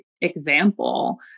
example